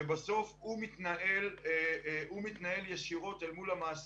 שבסוף הוא מתנהל ישירות אל מול המעסיק,